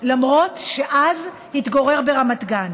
למרות שאז התגורר ברמת גן.